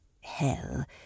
hell